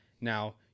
Now